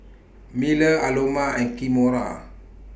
Miller Aloma and Kimora